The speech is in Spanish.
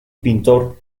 pintor